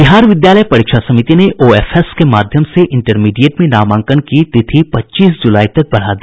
बिहार विद्यालय परीक्षा समिति ने ओएफएस के माध्यम से इंटरमीडिएट में नामांकन की तिथि पच्चीस जुलाई तक बढ़ा दी है